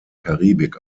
karibik